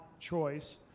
choice